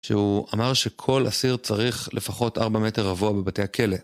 שהוא אמר שכל אסיר צריך לפחות 4 מטר רבוע בבתי הכלא.